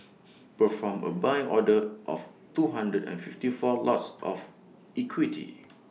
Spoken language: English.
perform A buy order of two hundred and fifty four lots of equity